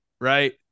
right